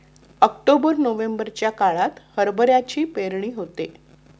October नोव्हेंबरच्या काळात हरभऱ्याची पेरणी होते